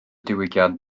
diwygiad